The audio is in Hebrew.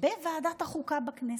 בוועדת החוקה בכנסת.